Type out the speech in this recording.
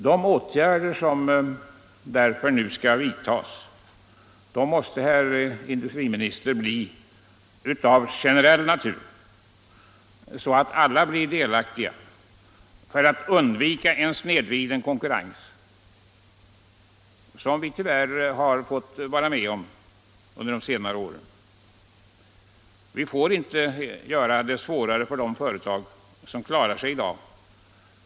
De åtgärder som skall vidtas måste, herr industriminister, vara av generell natur, så att alla blir delaktiga av dem, för att undvika en sådan snedvriden konkurrens som vi tyvärr har fått vara med om under de senare åren. Vi får inte göra det svårare för de företag som klarar sig i dag.